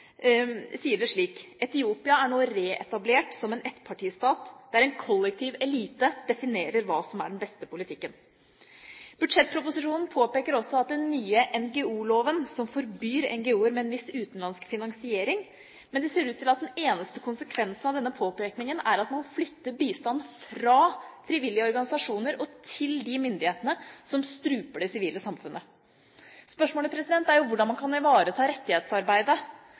sier det slik: Etiopia er nå reetablert som en ettpartistat, der en kollektiv elite definerer hva som er den beste politikken. Budsjettproposisjonen påpeker også at den nye NGO-loven forbyr NGO-er med en viss utenlandsk finansiering, men det ser ut til at den eneste konsekvensen av denne påpekningen er at man flytter bistand fra frivillige organisasjoner til de myndighetene som struper det sivile samfunnet. Spørsmålet er hvordan man kan ivareta rettighetsarbeidet